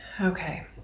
Okay